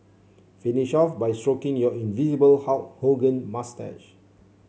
finish off by stroking your invisible Hulk Hogan moustache